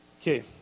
Okay